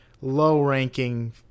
low-ranking